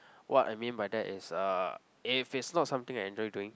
what I mean by that is uh if it's not something I enjoy doing